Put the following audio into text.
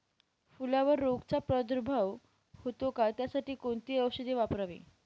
फुलावर रोगचा प्रादुर्भाव होतो का? त्यासाठी कोणती औषधे वापरावी?